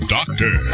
Doctor